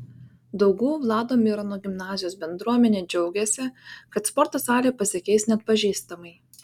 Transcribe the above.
daugų vlado mirono gimnazijos bendruomenė džiaugiasi kad sporto salė pasikeis neatpažįstamai